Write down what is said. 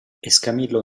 escamillo